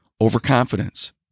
overconfidence